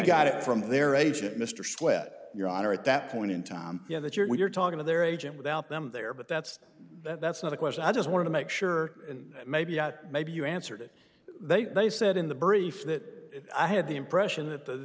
got it from their agent mr sweat your honor at that point in time you know that you're you're talking to their agent without them there but that's that's not a question i just want to make sure and maybe out maybe you answered it they said in the brief that i had the impression that the